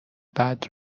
بعد